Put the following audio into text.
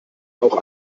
auch